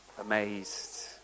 amazed